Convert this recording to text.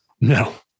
No